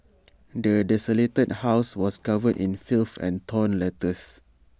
the desolated house was covered in filth and torn letters